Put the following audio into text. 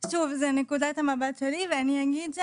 אני מדברת מנקודת מבטי, זו נקודת המבט שלי.